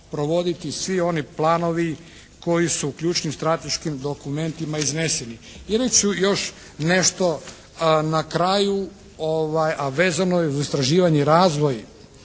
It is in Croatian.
provoditi svi oni planovi koji su ključni u strateškim dokumentima izneseni. Reći ću još nešto na kraju, a vezano je uz istraživanje i razvoj